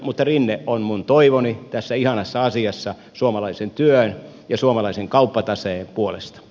mutta rinne on minun toivoni tässä ihanassa asiassa suomalaisen työn ja suomalaisen kauppataseen puolesta